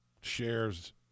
shares